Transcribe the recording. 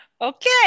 Okay